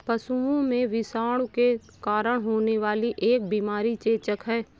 पशुओं में विषाणु के कारण होने वाली एक बीमारी चेचक है